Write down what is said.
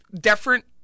different